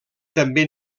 també